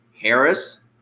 Harris